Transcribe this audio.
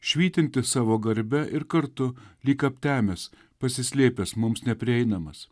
švytintis savo garbe ir kartu lyg aptemęs pasislėpęs mums neprieinamas